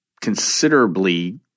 considerably